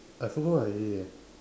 I forgot what already eh